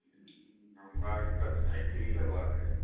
हमरा एकटा साइकिल लेबाक अइ